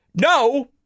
No